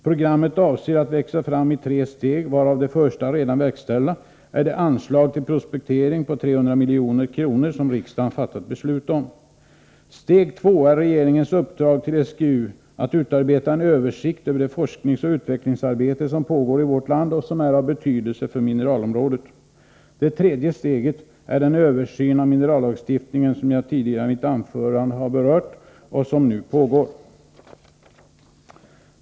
Programmet avses att växa fram i tre steg, varav det första, redan verkställda, är det anslag till prospektering på 300 milj.kr. som riksdagen fattat beslut om. Steg 2 är regeringens uppdrag till SGU att utarbeta en översikt över det forskningsoch utvecklingsarbete som pågår i vårt land och som är av betydelse för mineralområdet. Det tredje steget är den översyn av minerallagstiftningen som jag tidigare i mitt anförande har berört och som nu pågår.